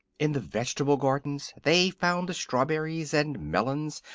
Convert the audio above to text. in the vegetable gardens they found the strawberries and melons,